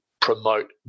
promote